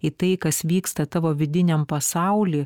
į tai kas vyksta tavo vidiniam pasauly